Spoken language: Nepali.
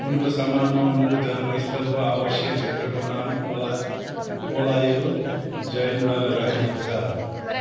उनको सम्मानमा उनको जन्मस्थलको आवासीय क्षेत्रको नाम ओला ओलायल जयन नगर राखिएको छ